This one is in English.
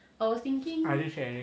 I didn't say any